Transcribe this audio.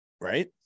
right